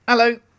Hello